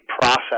process